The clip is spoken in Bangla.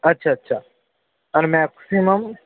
আচ্ছা আচ্ছা আর ম্যাক্সিমাম